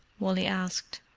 wally asked.